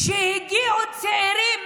שהגיעו מתנחלים צעירים,